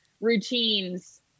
routines